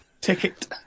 Ticket